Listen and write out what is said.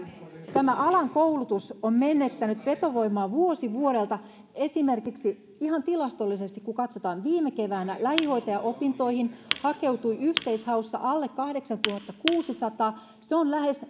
tämän alan koulutus on menettänyt vetovoimaa vuosi vuodelta esimerkiksi ihan tilastollisesti kun katsotaan viime keväänä lähihoitajaopintoihin hakeutui yhteishaussa alle kahdeksantuhattakuusisataa joka on